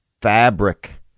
fabric